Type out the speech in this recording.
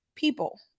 people